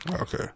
Okay